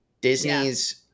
Disney's